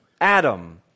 Adam